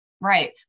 Right